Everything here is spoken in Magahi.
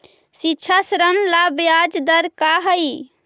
शिक्षा ऋण ला ब्याज दर का हई?